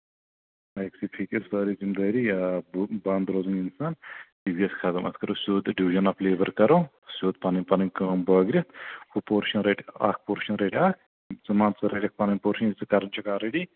أکۍسٕے فٮ۪کِس سٲرٕے ذِمدٲری یا بُہ بنٛد روزُن اِنسان یہِ تہِ گژھِ ختم اَتھ کَرو سیوٚد ڈِوجن آف لیبَر کَرو سیوٚد پَنٕنۍ پَنٕنۍ کٲم بٲگرِتھ ہُہ پورشَن رَٹہِ اَکھ پورشَن رَٹہِ ہہ ژٕ مان ژٕ رَٹکھ پَنٕنۍ پورشَن یہِ ژٕ کَران چھُکھ آررٔڈی